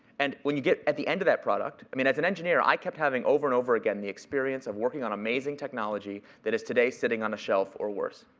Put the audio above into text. and when you get at the end of that product i mean as an engineer, i kept having over and over again the experience of working on amazing technology that is today sitting on a shelf or worse,